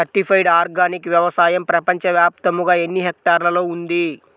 Certified organic వ్యవసాయం ప్రపంచ వ్యాప్తముగా ఎన్నిహెక్టర్లలో ఉంది?